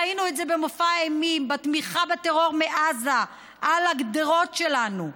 ראינו את זה במופע האימים בתמיכה בטרור מעזה על הגדרות שלנו.